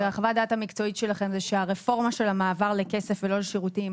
חוות הדעת המקצועית שלכם זה שהרפורמה של המעבר לכסף ולא לשירותים,